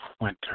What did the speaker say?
winter